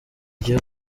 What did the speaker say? ugiye